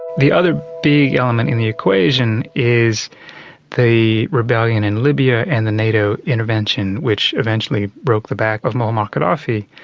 the other big element in the equation is the rebellion in libya and the nato intervention, which eventually broke the back of muammar gaddafi.